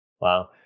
Wow